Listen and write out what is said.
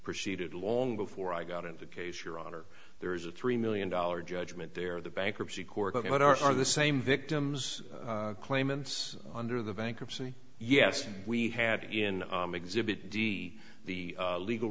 proceeded long before i got into case your honor there is a three million dollars judgment there the bankruptcy court what are the same victims claimants under the bankruptcy yes and we had in exhibit d the legal